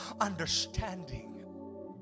understanding